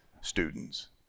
students